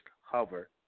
hover